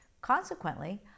Consequently